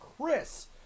Chris